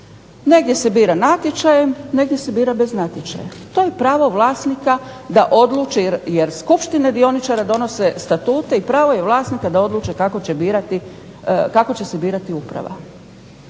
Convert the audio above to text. negdje se bira natječajem, negdje se bira bez natječaja to je pravo vlasnika da odluči jer skupštine dioničara donose statute i pravo je vlasnika da odluče kako će se birati uprava.